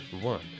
one